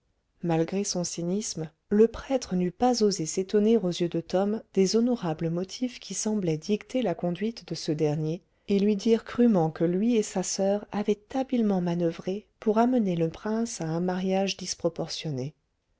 malgré son cynisme le prêtre n'eût pas osé s'étonner aux yeux de tom des honorables motifs qui semblaient dicter la conduite de ce dernier et lui dire crûment que lui et sa soeur avaient habilement manoeuvré pour amener le prince à un mariage disproportionné